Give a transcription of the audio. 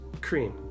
cream